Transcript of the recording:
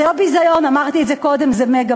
זה לא ביזיון, אמרתי את זה קודם, זה מגה-ביזיון.